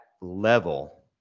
level